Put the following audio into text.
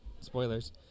spoilers